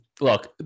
look